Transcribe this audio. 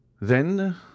Then